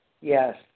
Yes